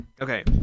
Okay